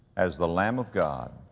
as the lamb of god,